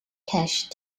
cash